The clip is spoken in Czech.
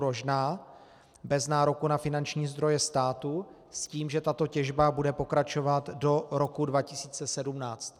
Rožná bez nároku na finanční zdroje státu s tím, že tato těžba bude pokračovat do roku 2017.